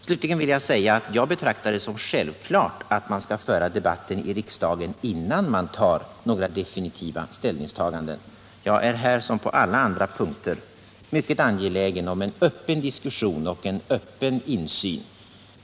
Slutligen vill jag säga att jag betraktar det som självklart att man skall föra debatten i riksdagen innan man gör några definitiva ställningstaganden. Jag är här som på alla punkter mycket angelägen om en öppen diskussion och en öppen insyn.